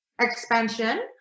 expansion